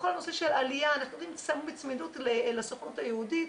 בכל נושא של עלייה אנחנו עובדים בצמידות לסוכנות היהודית.